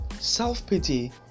Self-pity